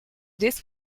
this